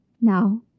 Now